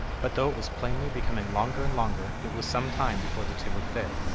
but though it was plainly becoming longer and longer, it was some time before the two would fit.